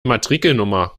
matrikelnummer